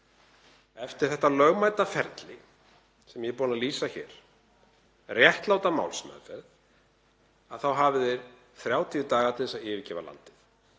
eftir þetta lögmæta ferli sem ég er búinn að lýsa hér, réttláta málsmeðferð, þá hafi þeir 30 daga til að yfirgefa landið.